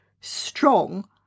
strong